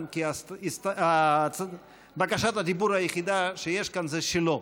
כי בקשת הדיבור היחידה שיש כאן זה שלו,